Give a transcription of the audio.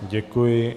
Děkuji.